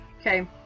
Okay